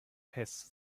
heß